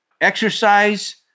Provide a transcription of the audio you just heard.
exercise